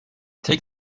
tek